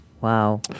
Wow